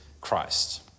Christ